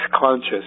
conscious